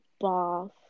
bath